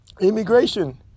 immigration